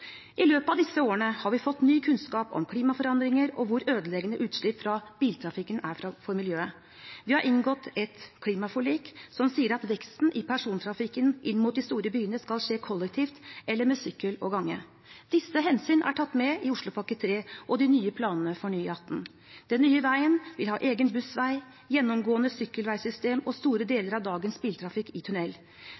I løpet av disse årene har vi fått ny kunnskap om klimaforandringer og hvor ødeleggende utslipp fra biltrafikken er for miljøet. Vi har inngått et klimaforlik som sier at veksten i persontrafikken inn mot de store byene skal skje med kollektivtrafikk eller sykkel og gange. Disse hensynene er tatt med i Oslopakke 3 og de nye planene for ny E18. Den nye veien vil ha egen bussvei, gjennomgående sykkelveisystem og store